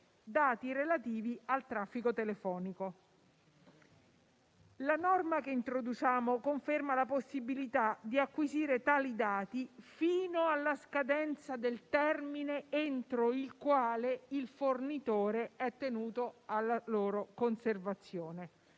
dati relativi al traffico telefonico. La norma che introduciamo conferma la possibilità di acquisire tali dati fino alla scadenza del termine entro il quale il fornitore è tenuto alla loro conservazione.